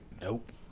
Nope